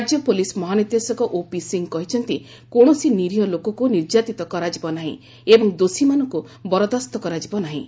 ରାଜ୍ୟ ପୁଲିସ୍ ମହାନିର୍ଦ୍ଦେଶକ ଓପି ସିଂହ କହିଛନ୍ତି କୌଣସି ନିରୀହ ଲୋକକୁ ନିର୍ଯାତିତ କରାଯିବ ନାହିଁ ଏବଂ ଦୋଷୀମାନଙ୍କୁ ବରଦାସ୍ତ କରାଯିବ ନାହିଁ